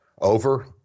over